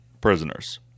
prisoners